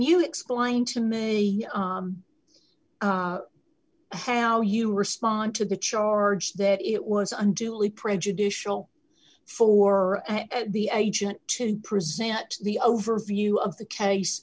you explain to me how you respond to the charge that it was unduly prejudicial for the agent to present the overview of the case